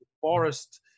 forest